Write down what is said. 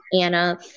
anna